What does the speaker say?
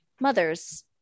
mothers